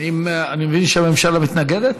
אני מבין שהממשלה מתנגדת.